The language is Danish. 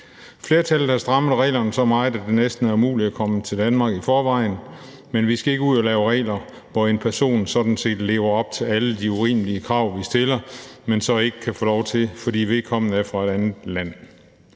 Flertallet har strammet reglerne så meget, at det næsten er umuligt at komme til Danmark i forvejen, og vi skal ikke ud at lave regler, hvor en person sådan set lever op til alle de urimelige krav, vi stiller, men så ikke kan få lov til det, fordi vedkommende er fra et andet land.